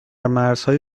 مرزهای